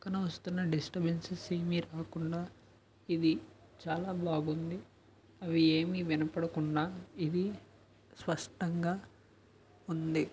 పక్కన వస్తున్న డిస్ట్రబెన్సెస్ ఏమి రాకుండా ఇది చాలా బాగుంది అవి ఏమి వినపడకుండా ఇవి స్పష్టంగా ఉంది